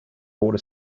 bought